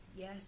Yes